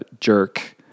jerk